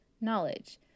knowledge